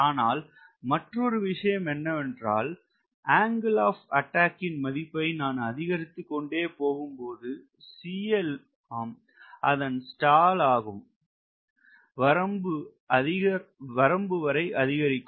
ஆனால் மற்றொரு விஷயம் என்னவென்றால் ஆங்கிள் ஆப் அட்டாக் ன் மதிப்பை நான் அதிகரித்துக்கொண்டே போகும்போது ம் அதன் ஸ்டால் ஆகும் வரம்பு வரை அதிகரிக்கும்